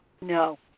No